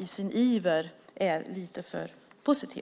i sin iver är lite för positiva.